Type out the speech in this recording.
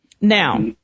Now